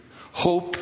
Hope